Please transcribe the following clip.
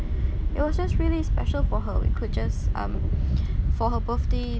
it was just really special for her we could just um for her birthday